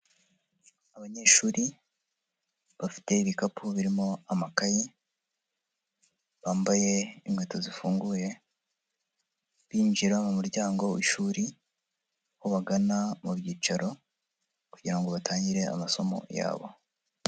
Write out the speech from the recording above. Abanyeshuri bafite ibikapu birimo amakayi, bambaye inkweto zifunguye binjira mu muryango w'ishuri, aho bagana mu byicaro kugira ngo batangire amasomo yabo.